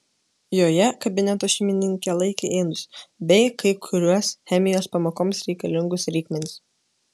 joje kabineto šeimininkė laikė indus bei kai kuriuos chemijos pamokoms reikalingus reikmenis